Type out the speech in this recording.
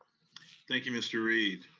thank you, mr. reid.